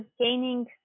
gaining